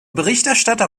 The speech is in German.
berichterstatter